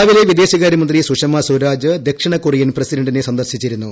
രാവിലെ വിദേശകാര്യമന്ത്രി സുഷമാ സ്വരാജ് ദക്ഷിണ കൊറിയൻ പ്രസിഡന്റിനെ സന്ദർശിച്ചിരുന്നു